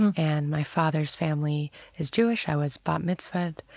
and my father's family is jewish. i was bat mitzvahed.